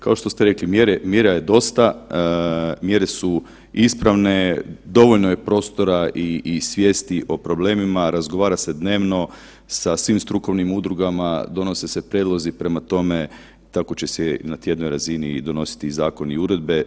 Kao što ste rekli, mjere, mjera je dosta, mjere su ispravne, dovoljno je prostora i, i svijesti o problemima, razgovara se dnevno sa svim strukovnim udrugama, donose se prijedlozi, prema tome tako će se i na tjednoj razini i donositi i zakoni i uredbe.